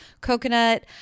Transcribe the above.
coconut